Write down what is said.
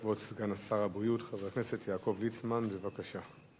כבוד סגן שר הבריאות חבר הכנסת יעקב ליצמן, בבקשה.